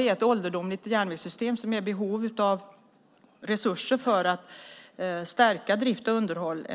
ett ålderdomligt järnvägssystem som är i behov av resurser för att stärka drift och underhåll.